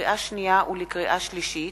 לקריאה שנייה ולקריאה שלישית: